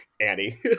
Annie